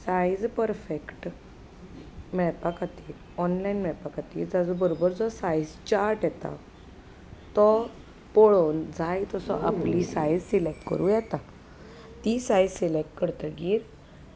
size perfect मेळपा खातीर online मेळपा खातीर ताचे बरोबर जो सायझ चार्ट येता तो पळोवन जाय तसो आपली सायझ सिलॅक्ट करूं येता ती सायझ सिलॅक्ट करतकीर